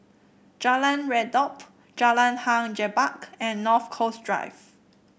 Jalan Redop Jalan Hang Jebat and North Coast Drive